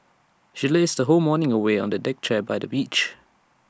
she lazed her whole morning away on A deck chair by the beach